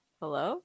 hello